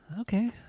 Okay